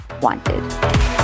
wanted